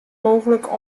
mooglik